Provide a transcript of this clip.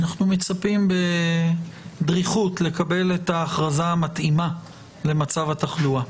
אנחנו מצפים בדריכות לקבל את ההכרזה המתאימה למצב התחלואה.